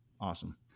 Awesome